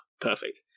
perfect